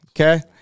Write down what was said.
Okay